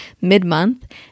mid-month